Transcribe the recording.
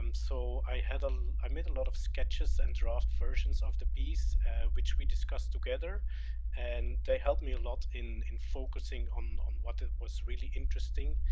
um so i had a, i made a lot of sketches and draft versions of the piece which we discussed together and they helped a lot in in focusing on, on what was really interesting